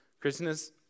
Christmas